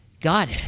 God